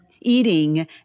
eating